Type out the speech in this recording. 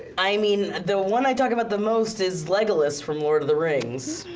i mean, the one i talk about the most is legolas from lord of the rings.